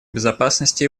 безопасности